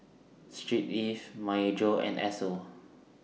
Street Ives Myojo and Esso